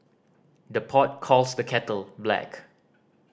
the pot calls the kettle black